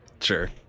sure